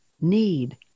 need